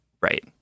Right